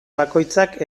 bakoitzak